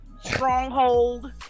stronghold